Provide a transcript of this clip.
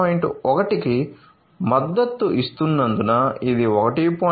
1 కి మద్దతు ఇస్తున్నందున ఇది 1